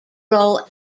role